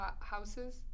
Houses